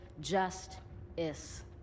just-is